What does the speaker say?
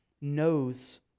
knows